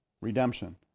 Redemption